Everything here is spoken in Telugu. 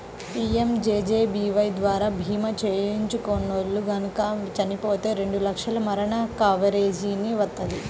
పీయంజేజేబీవై ద్వారా భీమా చేసుకున్నోల్లు గనక చచ్చిపోతే రెండు లక్షల మరణ కవరేజీని వత్తది